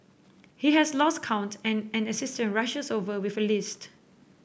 he has lost count and an assistant rushes over with a list